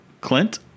clint